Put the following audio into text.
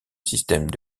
système